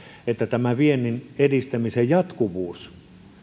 että tämä viennin edistämisen jatkuvuus